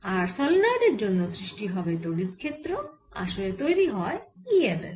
আর সলেনয়েডের জন্য সৃষ্টি হবে তড়িৎ ক্ষেত্র আসলে তৈরি হয় e m f